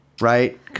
right